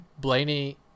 Blaney